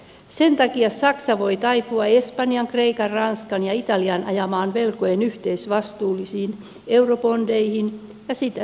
sen takia saksa voi taipua espanjan kreikan ranskan ja italian ajamiin velkojen yhteisvastuullisiin eurobondeihin ja sitä tietä liittovaltioon